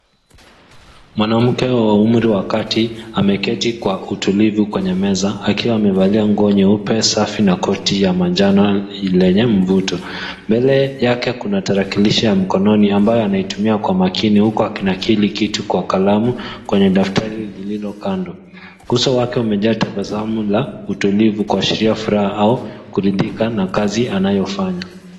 Mwanamke wa umri wa kati ameketi kwa utulivu kwenye meza akiwa amevalia nguo nyeupe, safi na koti ya manjano lenye mvuto. Mbele yake kuna tarakilishi ya mkononi ambaye anaitumia kwa makini huku akinakili kitu kwa kalamu kwenye daftari lililo kando. Uso wake umejaa tabasamu la utulivu kuashiria furaha au kuridhika na kazi anayofanya.